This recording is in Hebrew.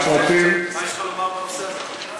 מה יש לך לומר בנושא הזה?